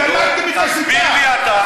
למדתם את השיטה.